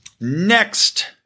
Next